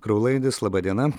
kraulaidis laba diena